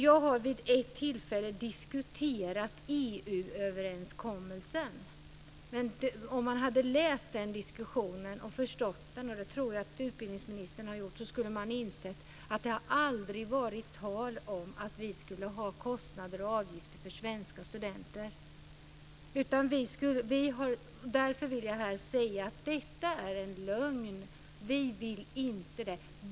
Jag har vid ett tillfälle diskuterat EU överenskommelsen. Om man läser den diskussionen och förstår den, och det tror jag att utbildningsministern har gjort, inser man att det aldrig har varit tal om att vi föreslår kostnader och avgifter för svenska studenter. Detta är en lögn. Vi vill inte det.